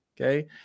okay